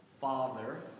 father